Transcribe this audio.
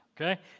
okay